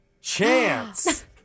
chance